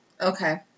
Okay